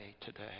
today